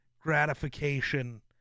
gratification